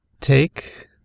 take